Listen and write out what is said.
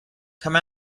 come